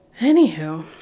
Anywho